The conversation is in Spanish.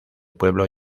pueblo